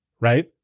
right